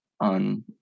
on